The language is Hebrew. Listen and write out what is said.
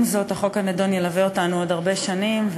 עם זאת, החוק הנדון ילווה אותנו עוד הרבה שנים.